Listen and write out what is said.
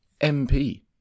MP